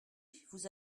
vous